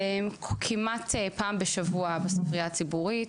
כמעט פעם בשבוע בספרייה הציבורית.